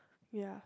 ya